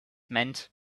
meant